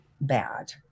bad